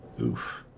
oof